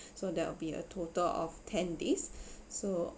so that will be a total of ten days so